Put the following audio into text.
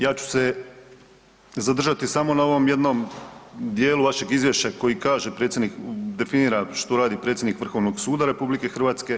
Ja ću se zadržati samo na ovom jednom dijelu vašeg izvješća kojeg kaže predsjednik definira što radi predsjednik Vrhovnog suda RH.